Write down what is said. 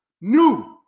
new